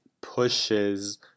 pushes